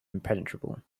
impenetrable